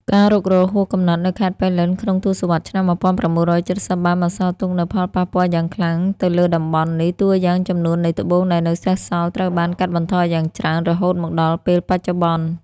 ការរុករកហួសកំណត់នៅខេត្តប៉ៃលិនក្នុងទសវត្សរ៍ឆ្នាំ ១៩៧០ បានបន្សល់ទុកនូវផលប៉ះពាល់យ៉ាងខ្លាំងទៅលើតំបន់នេះ តួយ៉ាងចំនួននៃត្បូងដែលនៅសេសសល់ត្រូវបានបានកាត់បន្ថយយ៉ាងច្រើនរហូតមកដល់ពេលបច្ចុប្បន្ន។